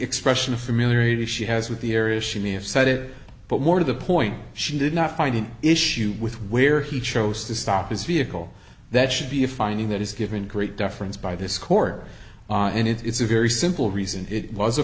expression of familiarity she has with the area she may have said it but more to the point she did not find an issue with where he chose to stop his vehicle that should be a finding that is given great deference by this court and it's a very simple reason it was a